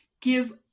give